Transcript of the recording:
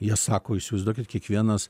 jie sako įsivaizduokit kiekvienas